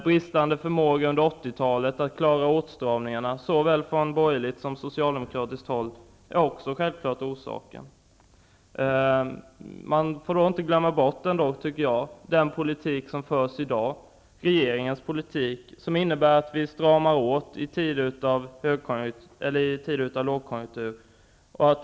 Bristande förmåga att under 80-talet klara åtstramningarna såväl från borgerligt som från socialdemokratiskt håll är självfallet också orsaker. Vi får inte heller glömma bort den politik som förs i dag, regeringens politik. Den innebär att vi stramar åt i tider av lågkonjunktur.